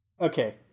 Okay